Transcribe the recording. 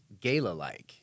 gala-like